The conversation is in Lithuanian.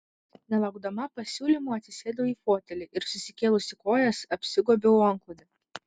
nelaukdama pasiūlymo atsisėdau į fotelį ir susikėlusi kojas apsigobiau antklode